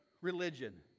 religion